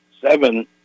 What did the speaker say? seven